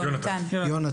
יונתן.